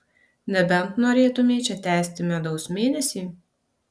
nebent norėtumei čia tęsti medaus mėnesį